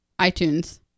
iTunes